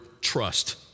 trust